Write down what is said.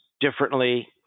differently